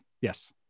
yes